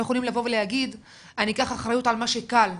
יכולים לבוא ולהגיד 'אני אקח אחריות על מה שקל,